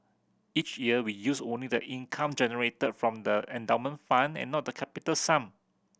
each year we use only the income generated from the endowment fund and not the capital sum